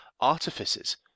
artifices